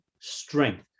strength